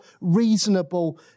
reasonable